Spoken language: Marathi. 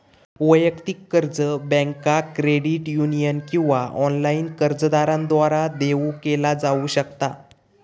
वैयक्तिक कर्ज बँका, क्रेडिट युनियन किंवा ऑनलाइन कर्जदारांद्वारा देऊ केला जाऊ शकता